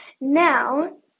now